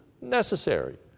necessary